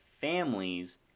families